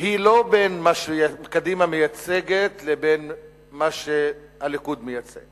היא לא בין מה שקדימה מייצגת לבין מה שהליכוד מייצג